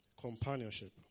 Companionship